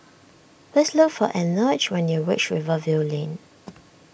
please look for Enoch when you reach Rivervale Lane